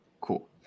cool